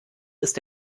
ist